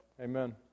Amen